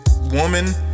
woman